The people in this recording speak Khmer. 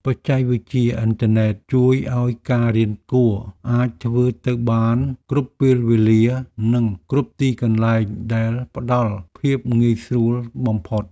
បច្ចេកវិទ្យាអ៊ីនធឺណិតជួយឱ្យការរៀនគួរអាចធ្វើទៅបានគ្រប់ពេលវេលានិងគ្រប់ទីកន្លែងដែលផ្តល់ភាពងាយស្រួលបំផុត។